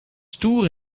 stoer